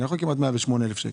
כמעט 108,000 שקל,